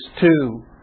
two